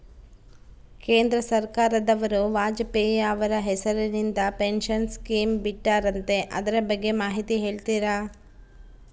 ಕೇಂದ್ರ ಸರ್ಕಾರದವರು ವಾಜಪೇಯಿ ಅವರ ಹೆಸರಿಂದ ಪೆನ್ಶನ್ ಸ್ಕೇಮ್ ಬಿಟ್ಟಾರಂತೆ ಅದರ ಬಗ್ಗೆ ಮಾಹಿತಿ ಹೇಳ್ತೇರಾ?